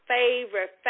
favorite